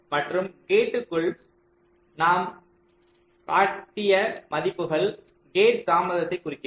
மற்றும் கேட்களுக்குள் நான் காட்டிய மதிப்புகள் கேட் தாமதத்தைக் குறிக்கின்றன